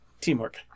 Teamwork